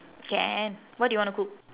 can what do you wanna cook